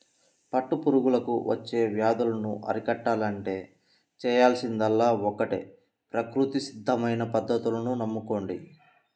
పట్టు పురుగులకు వచ్చే వ్యాధులను అరికట్టాలంటే చేయాల్సిందల్లా ఒక్కటే ప్రకృతి సిద్ధమైన పద్ధతులను నమ్ముకోడం